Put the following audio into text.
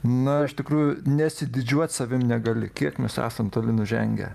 na iš tikrųjų nesididžiuot savim negali kiek mes esam toli nužengę